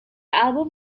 album